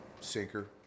sinker